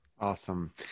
Awesome